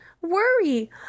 Worry